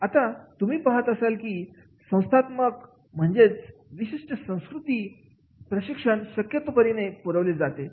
आता तुम्ही पहात असता की संज्ञानात्मक म्हणजे विशिष्ट संस्कृती प्रशिक्षण शक्यतो परीने पुरवले जाते